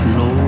no